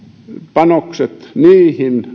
panokset niihin